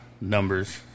numbers